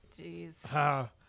Jeez